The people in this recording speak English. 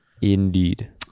Indeed